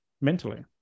mentally